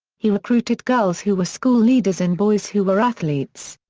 he recruited girls who were school leaders and boys who were athletes.